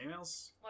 emails